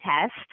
test